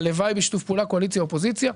הלוואי, בשיתוף פעולה קואליציה אופוזיציה.